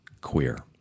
queer